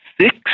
six